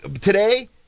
today